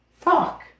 fuck